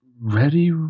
Ready